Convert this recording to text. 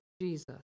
Jesus